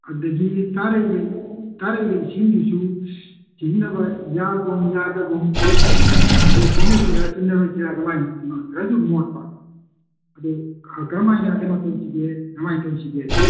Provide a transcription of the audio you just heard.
ꯑꯗꯒꯤ ꯇꯥꯔꯛꯏꯕ ꯇꯥꯔꯛꯏꯕ ꯏꯁꯤꯡꯗꯨꯁꯨ ꯁꯤꯖꯤꯟꯅꯕ ꯌꯥꯒꯨꯝ ꯌꯥꯗꯒꯨꯝ ꯑꯩꯈꯣꯏ ꯁꯤꯖꯤꯟꯅꯁꯤꯔ ꯁꯤꯖꯤꯟꯅꯔꯣꯏꯁꯤꯔ ꯀꯃꯥꯏ ꯈꯔꯁꯨ ꯃꯣꯠꯄ ꯑꯗꯨ ꯀꯔꯝꯍꯥꯏꯅ ꯀꯩꯅꯣ ꯇꯧꯁꯤꯒꯦ ꯀꯃꯥꯏꯅ ꯇꯧꯁꯤꯒꯦꯗꯣ